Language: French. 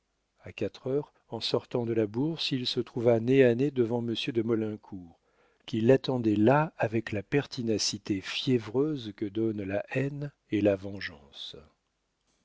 a quatre heures en sortant de la bourse il se trouva nez à nez devant monsieur de maulincour qui l'attendait là avec la pertinacité fiévreuse que donnent la haine et la vengeance